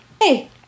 hey